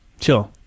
Sure